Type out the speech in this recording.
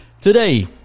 Today